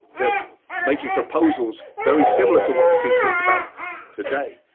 making proposals very similar to what's being talked about today.